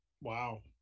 wow